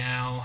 Now